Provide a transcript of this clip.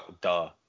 duh